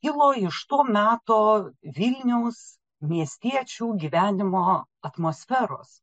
kilo iš to meto vilniaus miestiečių gyvenimo atmosferos